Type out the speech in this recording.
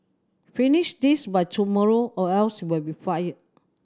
finish this by tomorrow or else we'll be fired